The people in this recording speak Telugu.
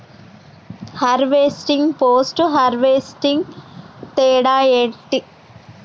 హార్వెస్టింగ్, పోస్ట్ హార్వెస్టింగ్ తేడా ఏంటి?